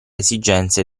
esigenze